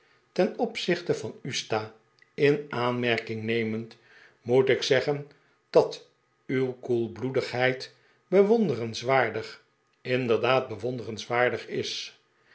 ten opzichte van u sta in aanmerking nemend moet ik zeggeiv dat uw koelbloedigheid bewondexenswaardig inderdaad bewonderenswaardig is